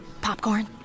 Popcorn